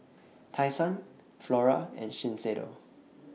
Tai Sun Flora and Shiseido